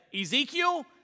Ezekiel